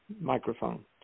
microphone